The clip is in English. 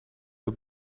the